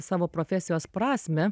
savo profesijos prasmę